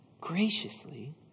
graciously